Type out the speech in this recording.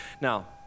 Now